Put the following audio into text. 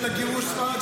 של גירוש ספרד,